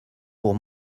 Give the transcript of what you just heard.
pour